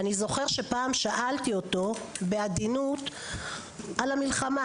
אני זוכר שפעם שאלתי אותו בעדינות על המלחמה.